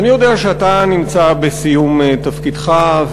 אני יודע שאתה נמצא בסיום תפקידך,